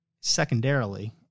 secondarily